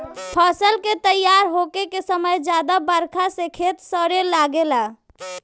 फसल के तइयार होखे के समय ज्यादा बरखा से खेत सड़े लागेला